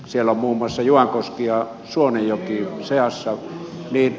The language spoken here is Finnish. siellä on muun muassa juankoski ja suonenjoki seassa